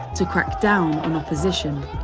to crack down on opposition.